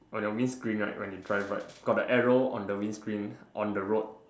on your windscreen right when you drive right got the arrow on the windscreen on the road